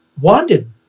wanted